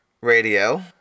radio